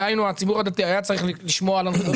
דהיינו הציבור הדתי היה צריך לשמור על הוראות